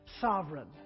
sovereign